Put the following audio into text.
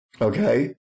Okay